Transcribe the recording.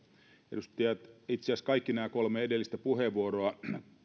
edustajat itse asiassa kaikissa näissä kolmessa edellisessä puheenvuorossa